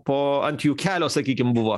po ant jų kelio sakykim buvo